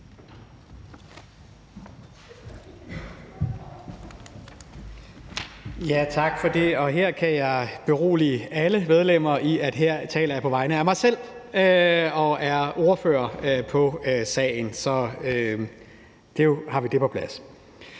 Tak for det. Jeg kan berolige alle medlemmer med, at her taler jeg på vegne af mig selv og er ordfører på sagen. Så har vi det på plads.